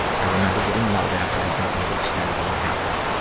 i remember getting yelled at, but i don't know the extent of what happened,